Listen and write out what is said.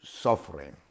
suffering